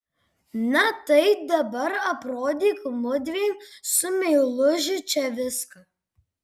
na tai dabar aprodyk mudviem su meilužiu čia viską